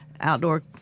outdoor